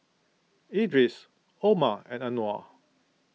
Idris Omar and Anuar